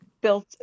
built